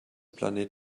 planet